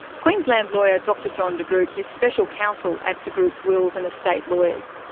queensland lawyer, dr john de groot is special counsel at de groot's wills and estate lawyers.